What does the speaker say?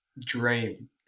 dream